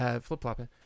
flip-flopping